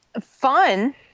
Fun